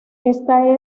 esta